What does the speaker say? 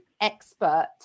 expert